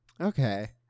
okay